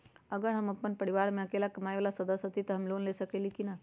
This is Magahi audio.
अगर हम अपन परिवार में अकेला कमाये वाला सदस्य हती त हम लोन ले सकेली की न?